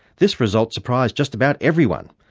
this result surprised just about everyone,